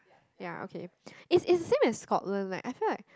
ya okay is is the same as Scotland like I feel like